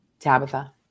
Tabitha